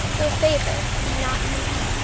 though favour be not meet.